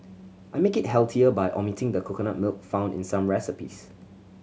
I make it healthier by omitting the coconut milk found in some recipes